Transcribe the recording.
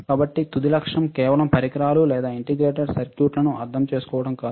కాబట్టి తుది లక్ష్యం కేవలం పరికరాలను లేదా ఇంటిగ్రేటెడ్ సర్క్యూట్లను అర్థం చేసుకోవడం కాదు